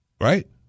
right